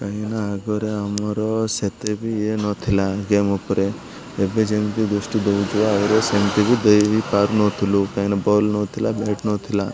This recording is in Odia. କାହିଁକିନା ଆଗରେ ଆମର ସେତେ ବି ଇଏ ନଥିଲା ଗେମ୍ ଉପରେ ଏବେ ଯେମିତି ଦୃଷ୍ଟି ଦେଉଥିଲା ଆଗ ସେମିତି ବି ଦେଇପାରୁନଥିଲୁ କାହିଁକିନା ବଲ୍ ନଥିଲା ବ୍ୟାଟ୍ ନଥିଲା